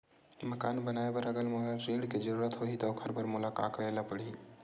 मकान बनाये बर अगर मोला ऋण के जरूरत होही त ओखर बर मोला का करे ल पड़हि?